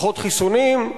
פחות חיסונים,